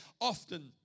often